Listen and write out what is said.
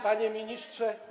Panie Ministrze!